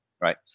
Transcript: right